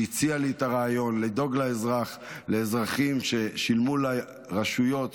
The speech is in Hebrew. שהציע לי את הרעיון לדאוג לאזרחים ששילמו לרשויות,